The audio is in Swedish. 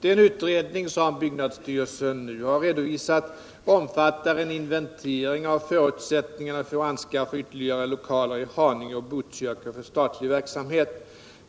Den utredning som byggnadsstyrelsen nu har redovisat omfattar en inventering av förutsättningarna för att anskaffa ytterligare lokaler i Haninge och Botkyrka för statlig verksamhet.